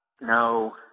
No